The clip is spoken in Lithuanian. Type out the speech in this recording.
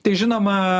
tai žinoma